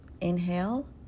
Inhale